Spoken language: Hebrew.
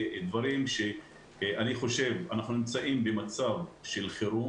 אני חושב שאנחנו נמצאים במצב של חרום.